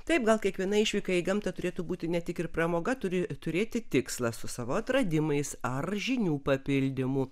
taip gal kiekviena išvyka į gamtą turėtų būti ne tik ir pramoga turi turėti tikslą su savo atradimais ar žinių papildymu